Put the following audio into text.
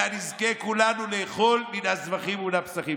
אלא נזכה כולנו לאכול מן הזבחים ומן הפסחים.